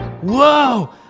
Whoa